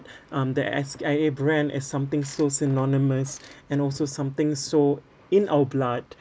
um the S_I_A brand is something so synonymous and also something so in our blood